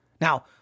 Now